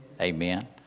Amen